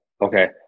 okay